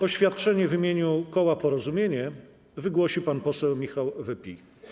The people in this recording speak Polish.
Oświadczenie w imieniu koła Porozumienie wygłosi pan poseł Michał Wypij.